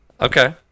Okay